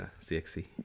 CXC